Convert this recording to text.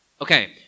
okay